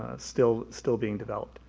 ah still still being developed.